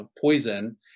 poison